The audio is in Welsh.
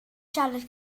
siarad